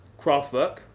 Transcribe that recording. Craftwork